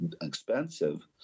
expensive